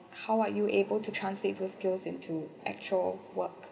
how are you able to translate those skills into actual work